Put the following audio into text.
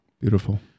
Beautiful